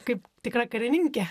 kaip tikra karininkė